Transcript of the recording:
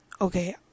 Okay